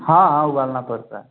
हाँ हाँ उबालना पड़ता है